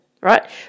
Right